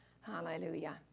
Hallelujah